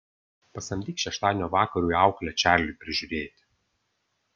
pasamdyk šeštadienio vakarui auklę čarliui prižiūrėti